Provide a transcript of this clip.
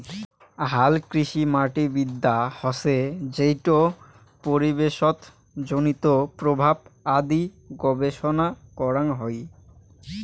হালকৃষিমাটিবিদ্যা হসে যেইটো পরিবেশজনিত প্রভাব আদি গবেষণা করাং হই